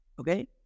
okay